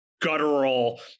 guttural